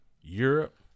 Europe